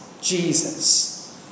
Jesus